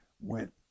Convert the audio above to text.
went